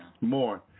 more